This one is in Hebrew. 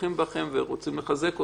בוטחים בכם ורוצים לחזק אתכם.